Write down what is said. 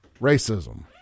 Racism